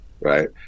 right